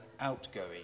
outgoing